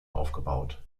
aufgebaut